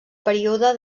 període